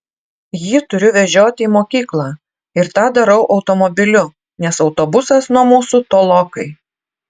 jį turiu vežioti į mokyklą ir tą darau automobiliu nes autobusas nuo mūsų tolokai